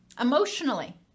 emotionally